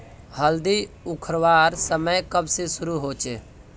हल्दी उखरवार समय कब से शुरू होचए?